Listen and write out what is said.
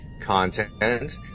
content